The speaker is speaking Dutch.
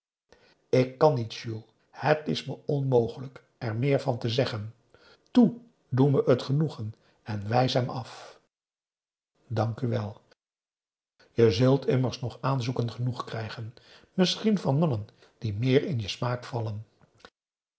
ik kan niet juul het is me onmogelijk er meer van te zeggen toe doe me het genoegen en wijs hem af dank u wel je zult immers nog aanzoeken genoeg krijgen misschien van mannen die meer in je smaak vallen